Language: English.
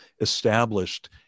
established